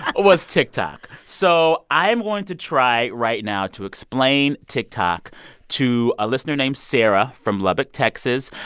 was tiktok. so i am going to try right now to explain tiktok to a listener named sarah from lubbock, texas.